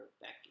Becky